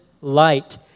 light